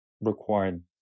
required